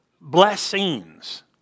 Blessings